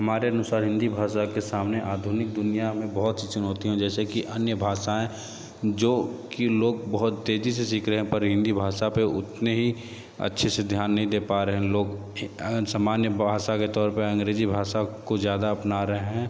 हमारे अनुसार हिंदी भाषा के सामने आधुनिक दुनिया हमें बहुत सी चुनौतियों जैसे की अन्य भाषाएं जो की लोग बहुत तेज़ी से सीख रहे हैं पर हिंदी भाषा पर उतने ही अच्छे से ध्यान नहीं दे पा रहे हैं लोग सामान्य बहुत सारे तौर पर अंग्रेजी भाषा को ज़्यादा अपना रहे है